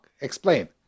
Explain